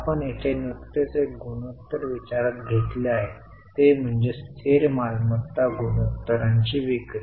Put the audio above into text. आपण येथे नुकतेच एक गुणोत्तर विचारात घेतले आहे ते म्हणजे स्थिर मालमत्ता गुणोत्तरांची विक्री